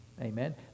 Amen